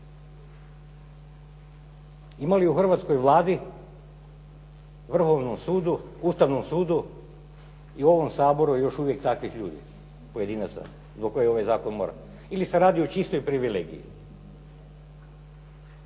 Ima li u hrvatskoj Vladi, Vrhovnom sudu, ustavnom sudu i u ovom Saboru još uvijek takvih ljudi, pojedinaca zbog kojih ovaj zakon …/Govornik se ne razumije./… ili se radi o čistoj privilegiji.